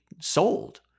sold